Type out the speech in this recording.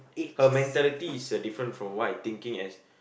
her mentality is a different from what I thinking as